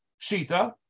Shita